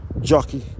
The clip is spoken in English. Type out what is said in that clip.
jockey